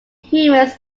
humans